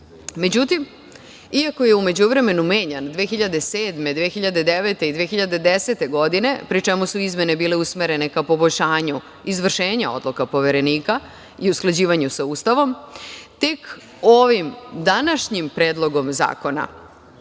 sveta.Međutim, iako je u međuvremenu menjan 2007. 2009. i 2010. godine, pri čemu su izmene bile usmerene ka poboljšanju izvršenja odluka Poverenika i usklađivanju sa Ustavom, tek ovim današnjim Predlogom zakona